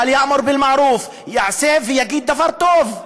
(אומר בערבית ומתרגם:) יעשה ויגיד דבר טוב.